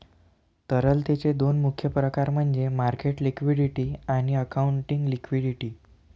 तरलतेचे दोन मुख्य प्रकार म्हणजे मार्केट लिक्विडिटी आणि अकाउंटिंग लिक्विडिटी